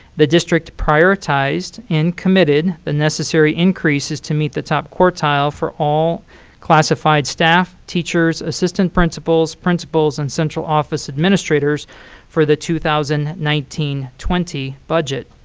the district prioritized and committed the necessary increases to meet the top quartile for all classified staff, teachers, assistant principals, principals, and central office administrators for the two thousand and nineteen twenty budget.